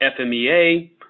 FMEA